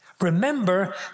Remember